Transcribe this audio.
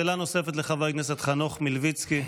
שאלה נוספת, לחבר הכנסת חנוך מלביצקי.